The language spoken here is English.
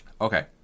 Okay